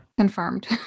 confirmed